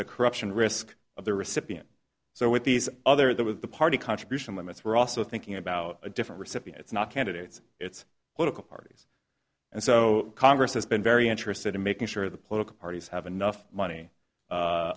the corruption risk of the recipient so with these other than with the party contribution limits we're also thinking about a different recipient it's not candidates it's political parties and so congress has been very interested in making sure the political parties have enough money